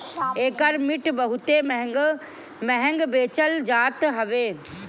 एकर मिट बहुते महंग बेचल जात हवे